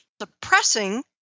suppressing